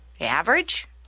average